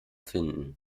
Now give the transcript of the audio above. finden